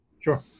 Sure